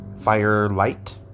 Firelight